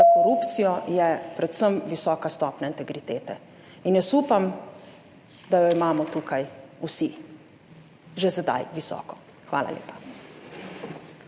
za korupcijo je predvsem visoka stopnja integritete in jaz upam, da jo imamo tukaj vsi že sedaj visoko. Hvala lepa.